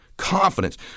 confidence